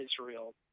Israel